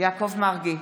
יעקב מרגי,